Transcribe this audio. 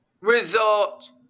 result